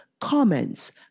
comments